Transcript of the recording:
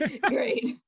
great